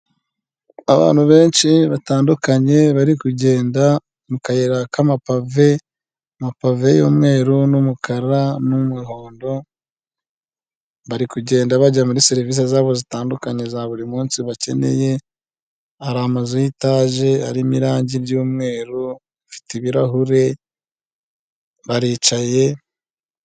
Abantu benshi batandukanye barikugenda mu kayira k'amapave, amapave y'umweru n'umukara n'umuhondo barikugenda bajya muri serivisi zabo zitandukanye za buri munsi bakeneye, hari amazu yitaje arimo irangi ry'umweru, bafite ibirahure baricaye.